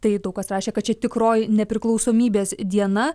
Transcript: tai daug kas rašė kad čia tikroji nepriklausomybės diena